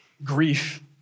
Grief